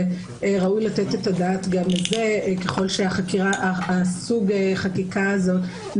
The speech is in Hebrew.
וראוי לתת את הדעת גם על זה ככל שנמשיך לעשות שימוש בסוג החקיקה הזה.